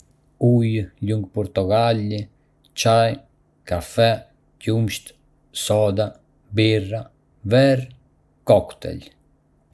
Ka shumë lloje pije, si ujë, lëng portokalli, çaj, kafe, qumësht, sodë, birrë, verë dhe koktejle. Çdo pije ka shijen e saj unike dhe konsumohen në raste të ndryshme.